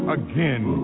again